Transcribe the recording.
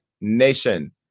nation